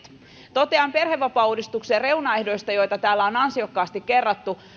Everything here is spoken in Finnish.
totean perhevapaauudistuksen reunaehdoista joita täällä on ansiokkaasti kerrattu